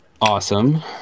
Awesome